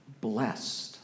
blessed